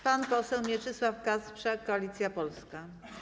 Pan poseł Mieczysław Kasprzak, Koalicja Polska.